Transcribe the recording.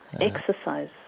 Exercise